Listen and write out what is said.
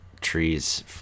trees